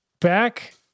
back